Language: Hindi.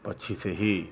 पक्षी से ही